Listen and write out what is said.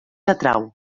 atrau